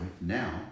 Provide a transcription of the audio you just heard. now